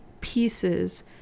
pieces